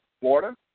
Florida